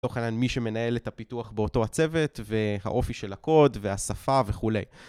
לצורך העניין מי שמנהל את הפיתוח באותו הצוות והאופי של הקוד והשפה וכולי.